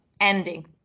ending